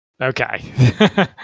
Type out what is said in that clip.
Okay